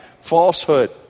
Falsehood